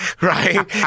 right